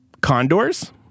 Condors